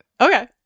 okay